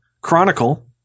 Chronicle